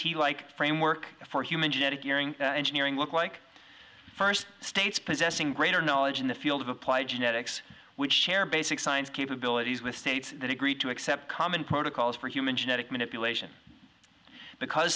t like framework for human genetic earing engineering look like first states possessing greater knowledge in the field of applied genetics we share basic science capabilities with states that agree to accept common protocols for human genetic manipulation because